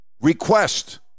request